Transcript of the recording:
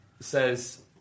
Says